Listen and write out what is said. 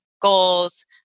goals